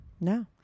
no